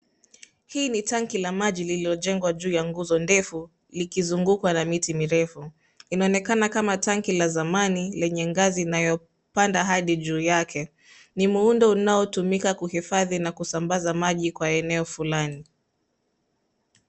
Hii ni tanki la maji lililojengwa juu ya nguzo ndefu likizungukwa na miti mirefu. Inaonekana kama tanki la zamani lenye ngazi inayopanda hadi juu yake. Ni muundo inayotumika kuhifadhi na kusambaza maji kwa eneo fulani.